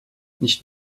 nicht